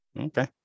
Okay